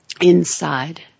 inside